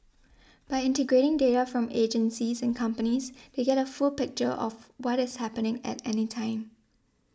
by integrating data from agencies and companies they get a full picture of what is happening at any time